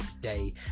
day